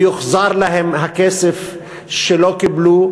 ויוחזר להם הכסף שלא קיבלו,